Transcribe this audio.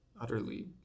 utterly